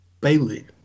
Bailey